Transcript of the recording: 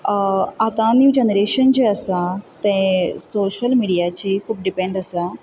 आतां new generation जें आसा तें सोशियल मिडियाचेर खूब डिपेंड आसा